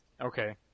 Okay